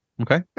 Okay